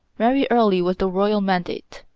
marry early was the royal mandate.